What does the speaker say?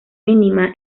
mínima